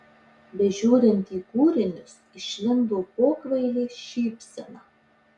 bežiūrint į kūrinius išlindo pokvailė šypsena